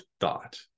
thought